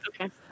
Okay